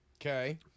Okay